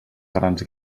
grans